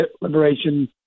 Liberation